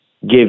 give